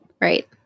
Right